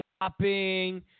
shopping